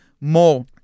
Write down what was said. more